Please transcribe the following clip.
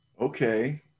Okay